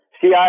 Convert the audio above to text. CI